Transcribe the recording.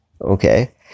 Okay